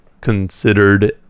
considered